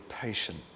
patient